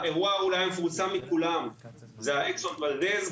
האירוע אולי המפורסם מכולם זה האקסון ואלדז.